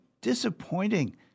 disappointing